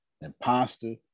imposter